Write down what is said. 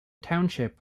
township